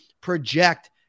project